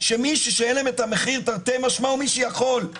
שמי שישלם את המחיר תרתי משמע הוא מי שיכול.